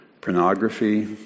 pornography